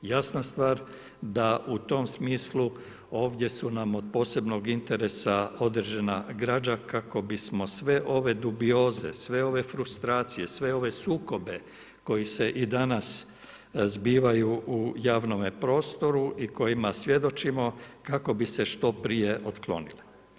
Jasna stvar da u tom smislu ovdje su nam od posebnog interesa određena građa kako bismo sve ove dubioze, sve ove frustracije, sve ove sukobe koji se i danas zbivaju u javnome prostoru i kojima svjedočimo, kako bi se što prije otklonile.